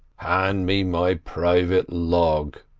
hand me my private log.